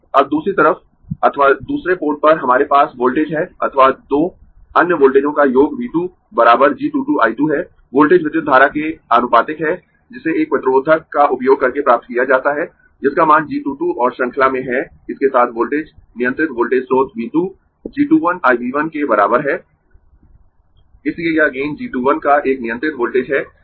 अब दूसरी तरफ अथवा दूसरे पोर्ट पर हमारे पास वोल्टेज है अथवा दो अन्य वोल्टेजों का योग V 2 बराबर g 2 2 I 2 है वोल्टेज विद्युत धारा के आनुपातिक है जिसे एक प्रतिरोधक का उपयोग करके प्राप्त किया जाता है जिसका मान g 2 2 और श्रृंखला में है इसके साथ वोल्टेज नियंत्रित वोल्टेज स्रोत V 2 g 2 1 V 1 के बराबर है इसलिए यह गेन g 2 1 का एक नियंत्रित वोल्टेज है